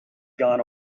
gone